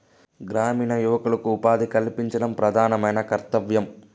గ్రామీణ యువకులకు ఉపాధి కల్పించడం ప్రధానమైన కర్తవ్యం